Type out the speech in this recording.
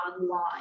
online